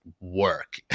work